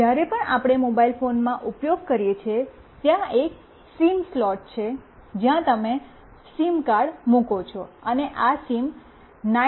જ્યારે પણ આપણે મોબાઇલ ફોનમાં ઉપયોગ કરીએ છીએ ત્યાં એક સિમ સ્લોટ છે જ્યાં તમે સિમ કાર્ડ મૂકો છો અને આ આ સિમ900 નો ચિપ છે